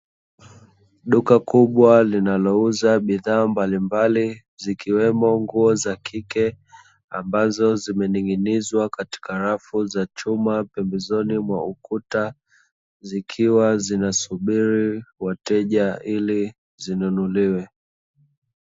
Duka kubwa linalouza bidhaa mbalimbali zikiwemo nguo za kike, ambazo zimening'ing'inizwa katika rafu za chuma pembezoni mwa ukuta, zikiwa zunasubiri wateja ili zinunuliwa.